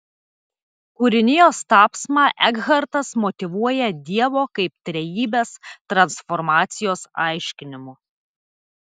kūrinijos tapsmą ekhartas motyvuoja dievo kaip trejybės transformacijos aiškinimu